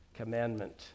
Commandment